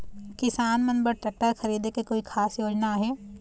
किसान मन बर ट्रैक्टर खरीदे के कोई खास योजना आहे?